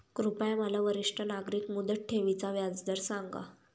कृपया मला वरिष्ठ नागरिक मुदत ठेवी चा व्याजदर सांगा